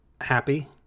happy